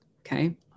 Okay